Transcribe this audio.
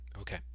Okay